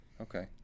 Okay